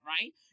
right